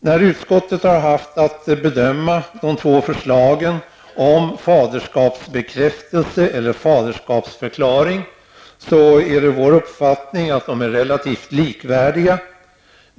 När utskottet har haft att bedöma de två förslagen ''faderskapsförklaring'', är det vår uppfattning att de är relativt likvärdiga.